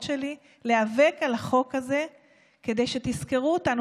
שלי להיאבק על החוק הזה כדי שתזכרו אותנו,